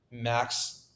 max